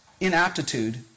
inaptitude